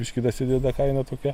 biškį dasideda kaina tokia